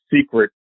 secret